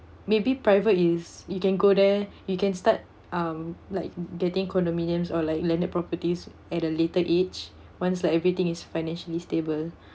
maybe private is you can go there you can start um like getting condominiums or like landed properties at a later age once like everything is financially stable